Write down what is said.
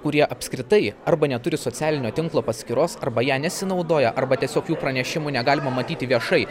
kurie apskritai arba neturi socialinio tinklo paskyros arba ja nesinaudoja arba tiesiog jų pranešimų negalima matyti viešai